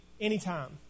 anytime